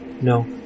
No